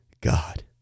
God